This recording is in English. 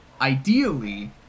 ideally